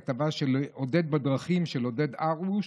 כתבה של "עודד בדרכים", של עודד הרוש,